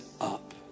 up